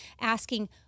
asking